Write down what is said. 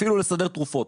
אפילו לא לסדר תרופות.